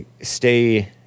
Stay